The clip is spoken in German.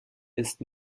ist